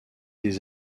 des